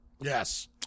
Yes